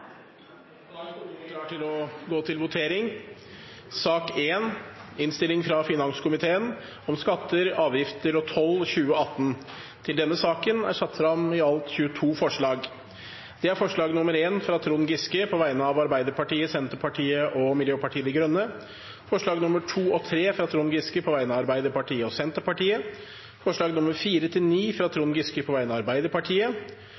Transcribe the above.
Da er Stortinget klar til å gå til votering i sakene nr. 1 og 2 på dagens kart. Under debatten er det satt fram i alt 22 forslag. Det er forslag nr. 1, fra Trond Giske på vegne av Arbeiderpartiet, Senterpartiet og Miljøpartiet De Grønne forslagene nr. 2 og 3, fra Trond Giske på vegne av Arbeiderpartiet og Senterpartiet forslagene nr. 4–9, fra